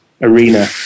arena